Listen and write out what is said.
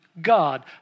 God